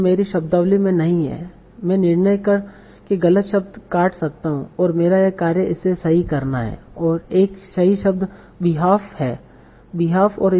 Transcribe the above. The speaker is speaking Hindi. यह मेरी शब्दावली में नहीं है मैं निर्णय कर के गलत शब्द काट सकता हूं और मेरा कार्य इसे सही करना है एवं सही शब्द b e h a l f है